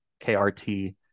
KRT